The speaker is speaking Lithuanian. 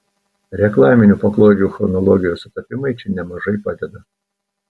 reklaminių paklodžių chronologijos sutapimai čia nemažai padeda